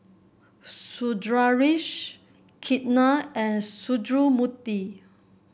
Sundaresh Ketna and Sundramoorthy